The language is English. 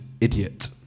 idiot